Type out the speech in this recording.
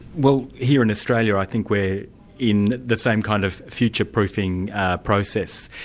well here in australia i think we're in the same kind of futureproofing process.